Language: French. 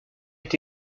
est